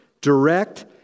direct